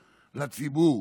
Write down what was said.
לציבור.